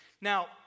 Now